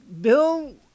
Bill